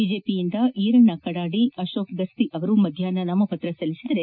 ಬಿಜೆಪಿಯಿಂದ ಈರಣ್ಣ ಕಡಾಡಿ ಅಶೋಕ್ ಗಸ್ತಿ ಅವರು ಮಧ್ಯಾಪ್ಯ ನಾಮಪ್ರತ್ತ ಸಲ್ಲಿಸಿದ್ದಾರೆ